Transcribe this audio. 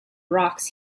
rocks